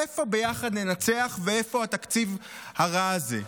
איפה "ביחד ננצח" ואיפה התקציב הרע הזה?